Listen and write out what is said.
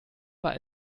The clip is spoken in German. war